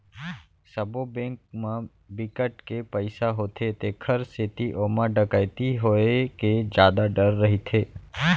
सबो बेंक म बिकट के पइसा होथे तेखर सेती ओमा डकैती होए के जादा डर रहिथे